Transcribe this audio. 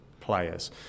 players